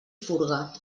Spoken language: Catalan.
furga